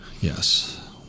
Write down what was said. Yes